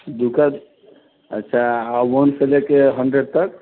दूका अच्छा आ वन से लेके हन्ड्रेड तक